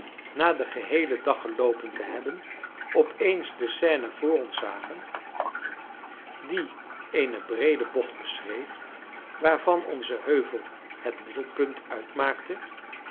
na den geheelen dag geloopen te hebben opeens de seine vr ons zagen die eene breede bocht beschreef waarvan onze heuvel het middelpunt uitmaakte